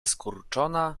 skurczona